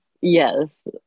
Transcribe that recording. Yes